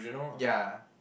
ya